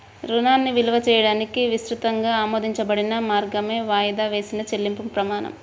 రుణాన్ని విలువ చేయడానికి విస్తృతంగా ఆమోదించబడిన మార్గమే వాయిదా వేసిన చెల్లింపు ప్రమాణం